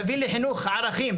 תביא לחינוך ערכים.